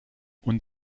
und